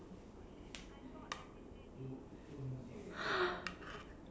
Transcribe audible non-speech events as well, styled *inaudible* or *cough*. *breath*